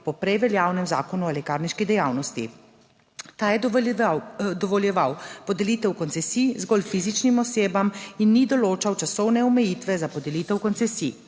po prej veljavnem Zakonu o lekarniški dejavnosti. Ta je dovoljeval podelitev koncesij zgolj fizičnim osebam in ni določal časovne omejitve za podelitev koncesij.